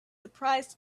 surprised